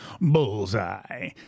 Bullseye